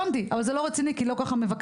קטונתי, אבל זה לא רציני כי לא ככה מבקרים.